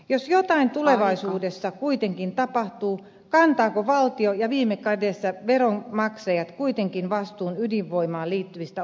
jos jotain tulevaisuudessa kuitenkin tapahtuu kantaako valtio ja viime kädessä veronmaksajat kuitenkin vastuun ydinvoimaan liittyvistä onnettomuuksista